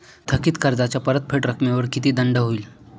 थकीत कर्जाच्या परतफेड रकमेवर किती दंड होईल?